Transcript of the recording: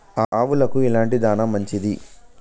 ఆవులకు ఎలాంటి దాణా మంచిది?